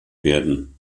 werden